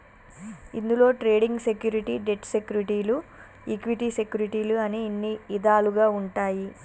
ఇందులో trading security, debt సెక్యూరిటీలు equity సెక్యూరిటీలు అని ఇన్ని ఇదాలుగా ఉంటాయి